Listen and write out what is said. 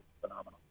phenomenal